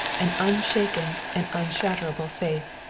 an unshaken and unshakable faith.